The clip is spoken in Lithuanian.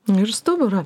ir stuburą